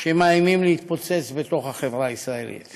ינמק את ההצעה חבר הכנסת עמיר פרץ.